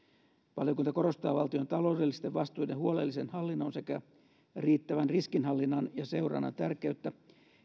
valiokunta korostaa valtion taloudellisten vastuiden huolellisen hallinnon sekä riittävän riskinhallinnan ja seurannan tärkeyttä